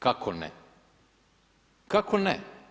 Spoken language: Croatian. Kako ne, kako ne?